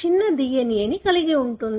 చిన్న DNA ని కలిగి ఉంటుంది